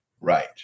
Right